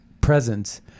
presence